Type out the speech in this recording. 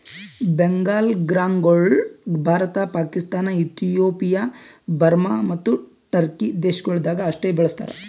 ಬೆಂಗಾಲ್ ಗ್ರಾಂಗೊಳ್ Bharata, Pakistan, Ethiopia, Burma ಮತ್ತ Turkey ದೇಶಗೊಳ್ದಾಗ್ ಅಷ್ಟೆ ಬೆಳುಸ್ತಾರ್